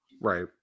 Right